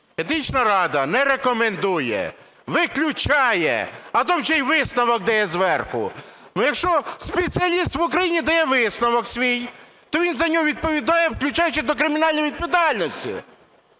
Етична рада не рекомендує, виключає, а то ще й висновок дає зверху. Ну, якщо спеціаліст в Україні дає висновок свій, то він за нього відповідає, включаючи до кримінальної відповідальності.